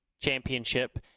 Championship